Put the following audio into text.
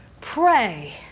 pray